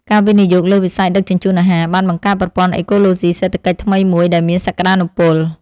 ការវិនិយោគលើវិស័យដឹកជញ្ជូនអាហារបានបង្កើតប្រព័ន្ធអេកូឡូស៊ីសេដ្ឋកិច្ចថ្មីមួយដែលមានសក្តានុពល។